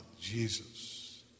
Jesus